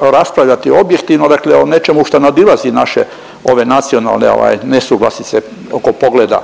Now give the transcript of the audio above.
raspravljati, objektivno, dakle o nečemu što nadilazi naše ove nacionalne ovaj nesuglasice oko pogleda.